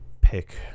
pick